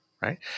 right